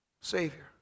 Savior